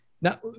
Now